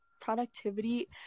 productivity